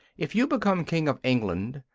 if you become king of england,